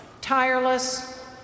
Tireless